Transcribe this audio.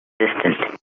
distant